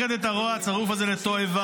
שהופכת את הרוע הצרוף הזה לתועבה.